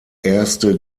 erste